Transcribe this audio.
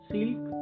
Silk